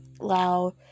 loud